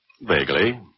Vaguely